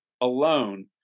alone